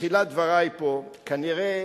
בתחילת דברי פה, כנראה